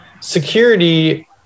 security